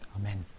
Amen